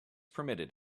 permitted